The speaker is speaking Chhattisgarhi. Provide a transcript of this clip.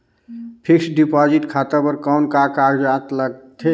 फिक्स्ड डिपॉजिट खाता बर कौन का कागजात लगथे?